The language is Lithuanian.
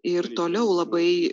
ir toliau labai